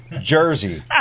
jersey